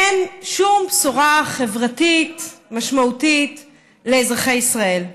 אין שום בשורה חברתית משמעותית לאזרחי ישראל.